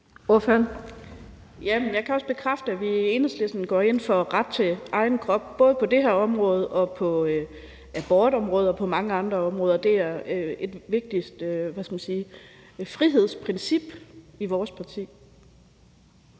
Jeg kan også bekræfte, at vi i Enhedslisten går ind for ret til egen krop, både på det her område, på abortområdet og på mange andre områder. Det er et vigtigt frihedsprincip i vores parti.